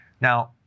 Now